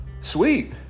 sweet